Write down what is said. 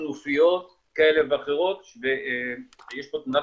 כנופיות כאלה ואחרות ויש פה תמונת